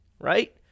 right